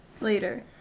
later